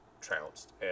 trounced